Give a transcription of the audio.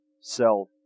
self